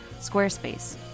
Squarespace